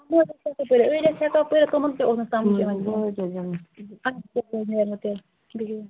أڑۍ ٲسۍ ہٮ۪کان پٔرِتھ تِمَن تہِ اوس نہٕ سَمج یِوان کِہیٖنۍ اچھا بہٕ حظ نیرو تیٚلہِ بِہِو